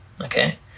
okay